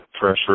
pressure